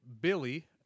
Billy